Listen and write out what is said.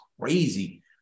crazy